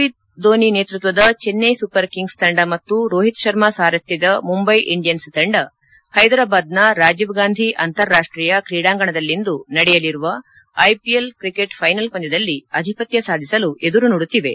ಮಹೇಂದ್ರ ಸಿಂಗ್ ಧೋನಿ ನೇತೃತ್ವದ Chennai super kings ತಂಡ ಮತ್ತು ರೋಹಿತ್ ಶರ್ಮಾ ಸಾರಥ್ಯದ ಮುಂಬಯಿ ಇಂಡಿಯನ್ಸ್ ತಂಡ ಹೈದರಾಬಾದ್ ನ ರಾಜೀವ್ ಗಾಂಧಿ ಅಂತಾರಾಷ್ಟೀಯ ಕ್ರೀಡಾಂಗಣದಲ್ಲಿಂದು ನಡೆಯಲಿರುವ ಐಪಿಎಲ್ ಫೈನಲ್ ಪಂದ್ಯದಲ್ಲಿ ಆಧಿಪತ್ಯ ಸಾಧಿಸಲು ಎದುರು ನೋಡುತ್ತಿವೆ